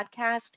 podcast